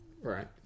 right